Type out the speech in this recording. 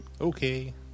Okay